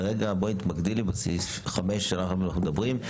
כרגע בואי תתמקדי לי בסעיף 5 שעליו אנחנו מדברים.